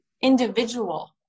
individual